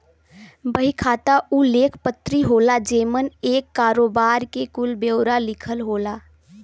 बही खाता उ लेख पत्री होला जेमन एक करोबार के कुल ब्योरा लिखल होला